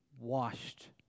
washed